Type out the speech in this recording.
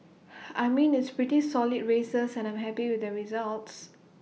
I mean it's pretty solid races and I'm happy with the results